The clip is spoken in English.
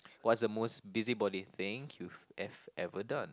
what's the most busybody thing you have ever done